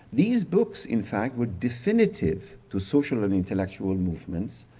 these books in fact, would definitive to social and intellectual movements